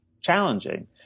challenging